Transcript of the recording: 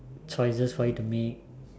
choices for you to make